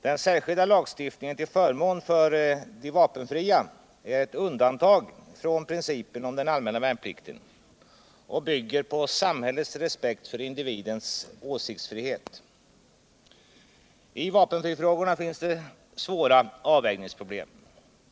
Den särskilda lagstiftningen till förmån för de vapenfria är ett undantag från principen om den allmänna värnplikten och bygger på samhällets respekt för individens åsiktsfrihet. I vapenfrifrågorna finns det svåra avvägningsproblem.